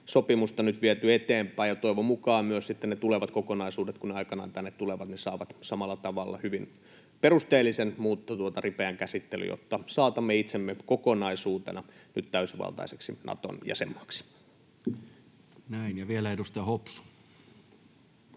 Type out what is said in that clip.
sopimusta nyt viety eteenpäin, ja toivon mukaan myös sitten ne tulevat kokonaisuudet, kun ne aikanaan tänne tulevat, saavat samalla tavalla hyvin perusteellisen mutta ripeän käsittelyn, jotta saatamme itsemme kokonaisuutena täysivaltaiseksi Naton jäsenmaaksi. Näin. — Ja vielä edustaja Hopsu.